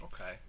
Okay